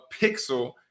pixel